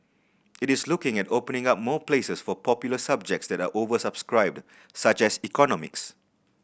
it is looking at opening up more places for popular subjects that are oversubscribed such as economics